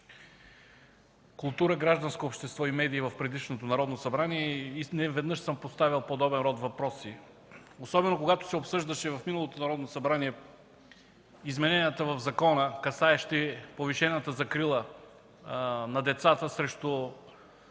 култура, гражданско общество и медии в предишното Народно събрание. Неведнъж съм поставял подобен род въпроси, особено когато се обсъждаха в миналото Народно събрание измененията в закона, касаещи повишената закрила на децата срещу